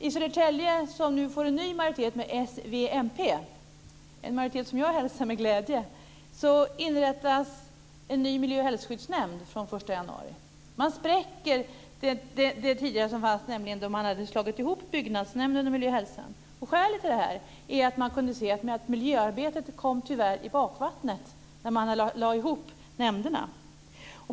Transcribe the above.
I Södertälje, som nu får en ny majoritet med s, v, mp - en majoritet som jag hälsar med glädje - inrättas en ny miljö och hälsoskyddsnämnd den 1 januari. Man spräcker det som tidigare fanns, nämligen det sammanslagna byggnadsnämnden och miljö och hälsoskyddsnämnden. Skälet till detta är att man kunde se att miljöarbetet tyvärr hamnade i bakvattnet när man lade ihop nämnderna.